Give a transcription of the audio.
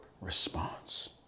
response